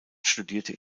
studierte